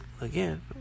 again